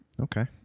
Okay